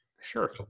Sure